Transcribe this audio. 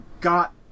got